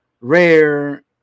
Rare